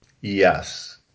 Yes